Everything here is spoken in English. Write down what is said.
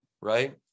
right